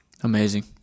Amazing